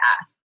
ask